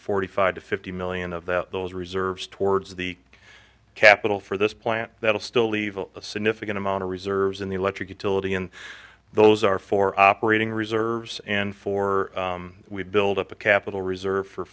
forty five to fifty million of those reserves towards the capital for this plant that will still leave a significant amount of reserves in the electric utility and those are for operating reserves and for we've built up a capital reserve for